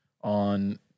on